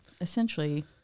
essentially